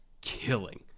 killing